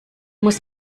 muss